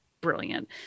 brilliant